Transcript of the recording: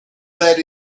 that